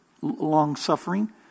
long-suffering